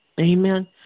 Amen